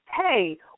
hey